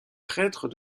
prêtre